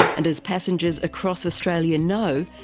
and as passengers across australia know,